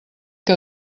que